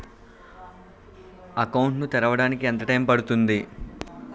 Account ను తెరవడానికి ఎంత టైమ్ పడుతుంది?